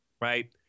right